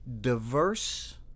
diverse